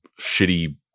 shitty